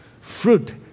Fruit